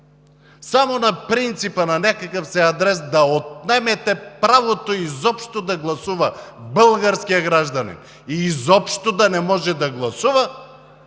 само на принципа на някакъв си адрес да отнемете правото изобщо да гласува българският гражданин и той изобщо да не може да гласува